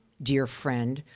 dear friend,